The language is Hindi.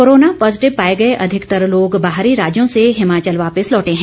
कोरोना पॉजीटिव पाए गए अधिकतर लोग बाहरी राज्यों से हिंमाचल वापस लौटे हैं